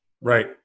Right